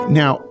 now